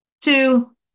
Two